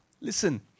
Listen